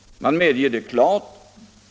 Man medger det klart.